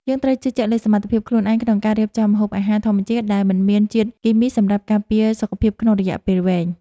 យើងត្រូវជឿជាក់លើសមត្ថភាពខ្លួនឯងក្នុងការរៀបចំម្ហូបអាហារធម្មជាតិដែលមិនមានជាតិគីមីសម្រាប់ការពារសុខភាពក្នុងរយៈពេលវែង។